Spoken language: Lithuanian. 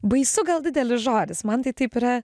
baisu gal didelis žodis man tai taip yra